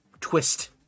twist